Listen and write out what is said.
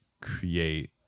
create